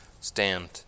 stand